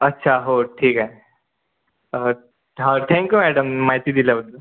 अच्छा हो ठीक आहे हां थॅंक्यू मॅडम माहिती दिल्याबद्दल